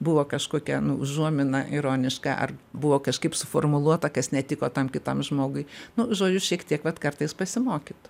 buvo kažkokia užuomina ironiška ar buvo kažkaip suformuluota kas netiko tam kitam žmogui nu žodžiu šiek tiek vat kartais pasimokyt